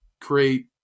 create –